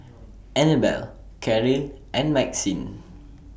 Annabelle Caryl and Maxine